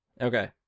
Okay